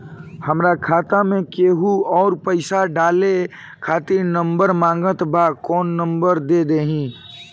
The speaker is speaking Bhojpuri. हमार खाता मे केहु आउर पैसा डाले खातिर नंबर मांगत् बा कौन नंबर दे दिही?